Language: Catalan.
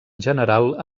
general